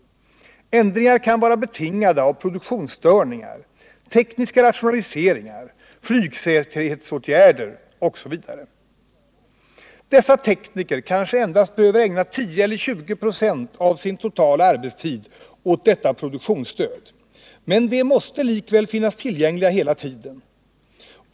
Ändringar kan vara betingade av produktionsstörningar, tekniska rationaliseringar, flygsäkerhetsåtgärder osv. Dessa tekniker kanske endast behöver ägna 10 eller 20 96 av sin totala arbetstid åt detta produktionsstöd. Men de måste likväl finnas tillgängliga hela tiden.